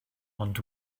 ond